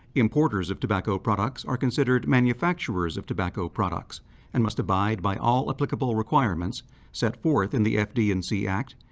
importers of tobacco products are considered manufacturers of tobacco products and must abide by all applicable requirements set forth in the fd and c act,